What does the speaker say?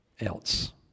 else